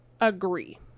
agree